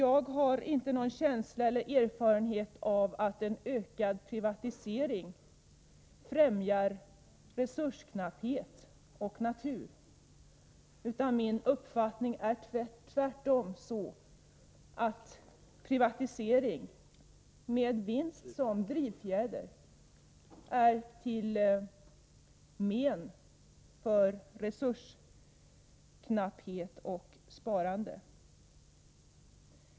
Jag har inte någon erfarenhet av att ökad privatisering är bra när det gäller resursknapphet och natur, utan min uppfattning är tvärtom den att privatisering — med vinst som drivfjäder — är till men då det är fråga om resursknapphet och sparande.